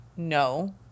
no